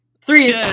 Three